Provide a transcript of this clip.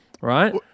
right